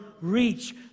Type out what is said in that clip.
Reach